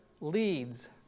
leads